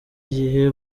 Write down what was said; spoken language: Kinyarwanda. igihe